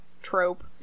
trope